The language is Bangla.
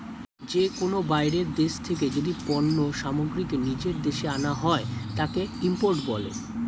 যে কোনো বাইরের দেশ থেকে যদি পণ্য সামগ্রীকে নিজের দেশে আনা হয়, তাকে ইম্পোর্ট বলে